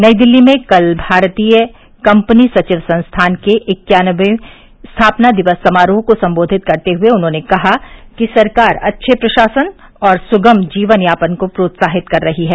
नई दिल्ली में कल भारतीय कंपनी सचिव संस्थान के इक्यानबयें स्थापना दिवस समारोह को संबोधित करते हुए उन्होंने कहा कि सरकार अच्छे प्रशासन और सुगम जीवनयापन को प्रोत्साहित कर रही है